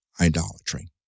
idolatry